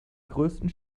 größten